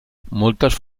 moltes